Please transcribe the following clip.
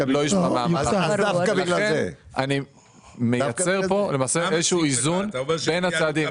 אני מייצר פה, למעשה, איזה שהוא איזון בין הצעדים.